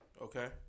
Okay